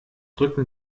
drücken